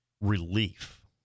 relief